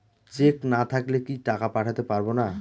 Check না থাকলে কি টাকা পাঠাতে পারবো না?